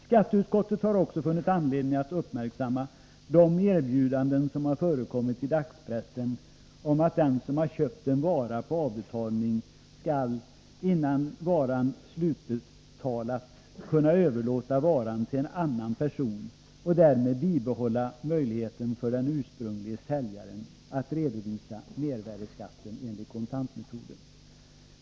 Skatteutskottet har också funnit anledning att uppmärksamma de erbjudanden som förekommit i dagspressen om att den som köpt en vara på avbetalning skall — innan varan slutbetalats — kunna överlåta varan till en annan person, med bibehållen möjlighet för den ursprunglige säljaren att redovisa mervärdeskatten enligt kontantmetoden.